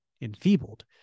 enfeebled